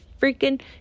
freaking